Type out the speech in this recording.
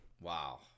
Wow